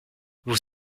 vous